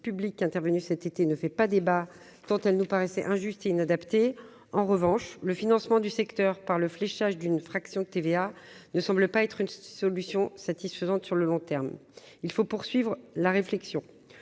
public intervenu cet été ne fait pas débat tant elle nous paraissait injuste inadapté, en revanche, le financement du secteur par le fléchage d'une fraction de TVA ne semble pas être une solution satisfaisante sur le long terme, il faut poursuivre la réflexion